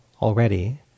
already